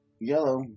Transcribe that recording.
yellow